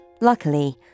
Luckily